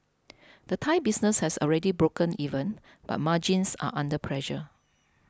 the Thai business has already broken even but margins are under pressure